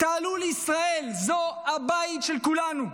תעלו לישראל, זה הבית של כולנו.